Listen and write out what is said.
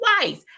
twice